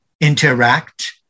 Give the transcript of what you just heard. interact